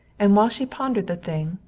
and while she pondered the thing,